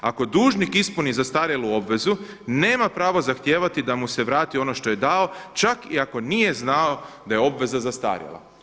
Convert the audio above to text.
Ako dužnik ispuni zastarjelu obvezu nema pravo zahtijevati da mu se vrati ono što je dao čak i ako nije znao da je obveza zastarjela.